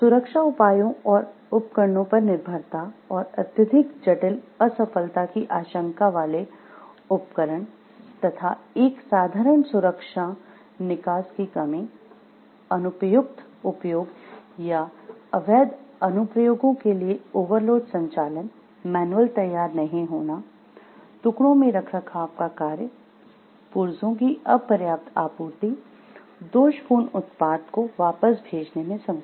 सुरक्षा उपायों और उपकरणों पर निर्भरता और अत्यधिक जटिल असफलता की आशंका वाले उपकरण तथा एक साधारण सुरक्षा निकास की कमी अनुपयुक्त उपयोग या अवैध अनुप्रयोगों के लिए ओवरलोड संचालन मैनुअल तैयार नहीं होना टुकड़ों में रखरखाव का कार्य पुर्जों की अपर्याप्त आपूर्ति दोषपूर्ण उत्पाद को वापस भेजने में संकोच